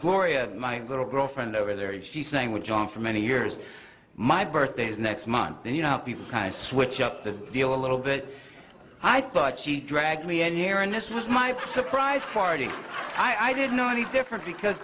gloria my little girl friend over there and she sang with john for many years my birthday is next month and you know people kind of switch up the deal a little bit i thought she dragged me and here and this was my surprise party i didn't know any different because